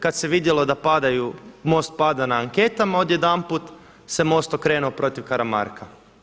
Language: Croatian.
Kad se vidjelo da padaju, MOST pada na anketama odjedanput se MOST okrenuo protiv Karamarka.